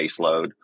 baseload